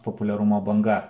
populiarumo banga